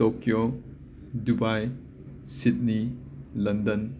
Tokyo Dubai Sydney London